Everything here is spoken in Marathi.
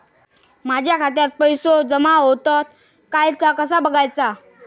माझ्या खात्यात पैसो जमा होतत काय ता कसा बगायचा?